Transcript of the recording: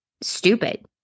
stupid